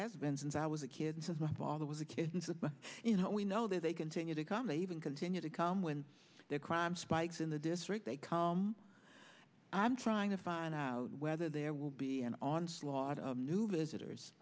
has been since i was a kid since my father was a kid and you know we know that they continue to come even continue to come when their crime spikes in the district they come and i'm trying to find out whether there will be an onslaught of new visitors